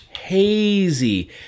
hazy